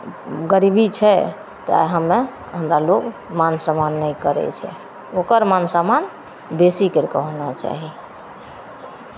गरीबी छै तऽ हम्मे हमरा लोक मान सम्मान नहि करै छै ओकर मान सम्मान बेसी करि कऽ होना चाही